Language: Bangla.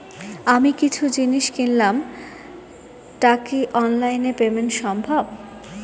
আমি কিছু জিনিস কিনলাম টা কি অনলাইন এ পেমেন্ট সম্বভ?